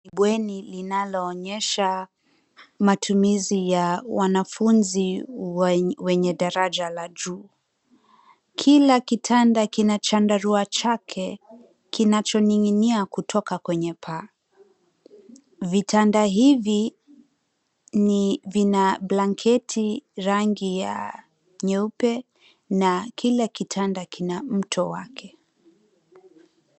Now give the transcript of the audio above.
Bweni linaloonyesha matumizi ya wanafunzi wenye daraja la juu. Kila kitanda kina chandarua chake kinachoning'inia kutoka kwenye paa. Vitanda hivi vina blanketi rangi ya nyeupe na kile kitanda kina mto wake.